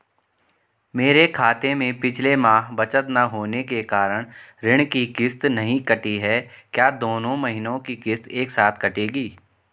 मेरे खाते में पिछले माह बचत न होने के कारण ऋण की किश्त नहीं कटी है क्या दोनों महीने की किश्त एक साथ कटेगी?